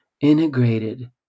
integrated